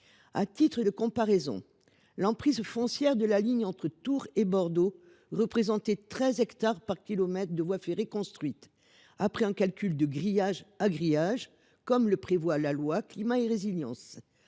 À titre de comparaison, l’emprise foncière de la ligne entre Tours et Bordeaux représentait 13 hectares par kilomètre de voie ferrée construite, d’après un calcul de grillage à grillage, comme le prévoit la loi portant lutte